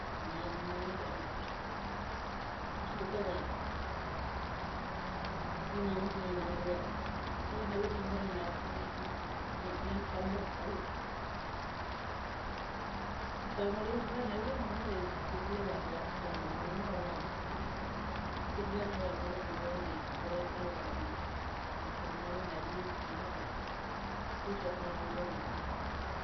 Ngi nari da a marpes. Ambes ti kuana ngi na mes da ngina ni a klan auik da mamar ia ngiar ngias da amar savit. Asik a ngu theis klan avik da mamar a thi plek ia tha tes klan avik aumor chalan. Agit klan a vi nga athe ma chalan a durai ka ura ma git. Nga thik kana chalan avi chai mamar a ti sot na tha vek ma tha tes